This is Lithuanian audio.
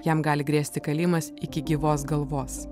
jam gali grėsti kalėjimas iki gyvos galvos